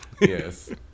Yes